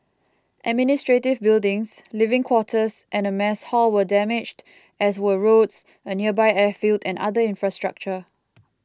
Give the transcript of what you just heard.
administrative buildings living quarters and mess hall were damaged as were roads a nearby airfield and other infrastructure